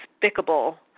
despicable